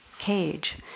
Cage